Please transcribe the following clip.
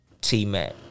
T-Mac